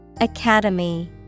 academy